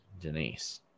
Denise